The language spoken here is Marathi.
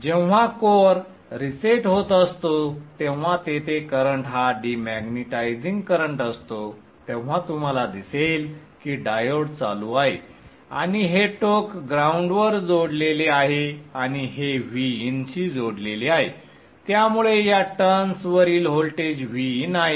जेव्हा कोअर रिसेट होत असतो तेव्हा तेथे करंट हा डीमॅग्नेटिझिंग करंट असतो तेव्हा तुम्हाला दिसेल की डायोड चालू आहे आणि हे टोक ग्राउंडवर जोडलेले आहे आणि हे Vin शी जोडलेले आहे त्यामुळे या टर्न्स वरील व्होल्टेज Vin आहे